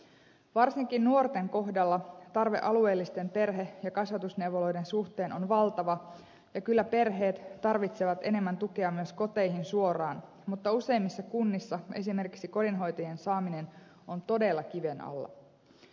varsinkin nuorten kohdalla tarve alueellisten perhe ja kasvatusneuvoloiden suhteen on valtava ja kyllä perheet tarvitsevat enemmän tukea myös koteihin suoraan mutta useimmissa kunnissa esimerkiksi kodinhoitajien saaminen on todella kiven alla